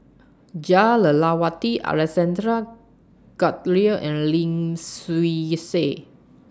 Jah Lelawati Alexander Guthrie and Lim Swee Say